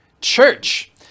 church